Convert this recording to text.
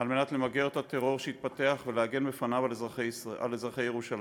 כדי למגר את הטרור שהתפתח ולהגן על אזרחי ירושלים